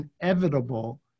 inevitable